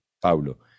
Pablo